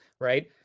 right